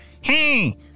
Hey